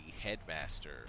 headmaster